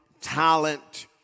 talent